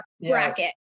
bracket